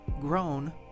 grown